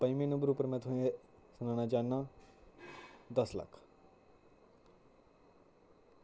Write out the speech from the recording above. पंजमें number उप्पर में तुसें सनाना चाह्नां दस लक्ख